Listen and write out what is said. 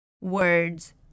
words